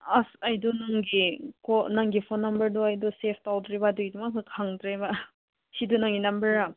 ꯑꯁ ꯑꯩꯗꯣ ꯅꯪꯒꯤ ꯅꯪꯒꯤ ꯐꯣꯟ ꯅꯝꯕꯔꯗꯣ ꯑꯩꯗꯣ ꯁꯦꯕ ꯇꯧꯗ꯭ꯔꯤꯕ ꯑꯗꯨꯒꯤꯗꯃꯛꯇ ꯈꯪꯗ꯭ꯔꯤꯕ ꯁꯤꯗꯨ ꯅꯪꯒꯤ ꯅꯝꯕꯔꯔꯥ